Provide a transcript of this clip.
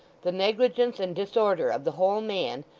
the negligence and disorder of the whole man,